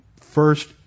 first